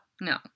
No